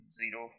zero